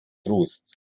trost